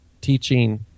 teaching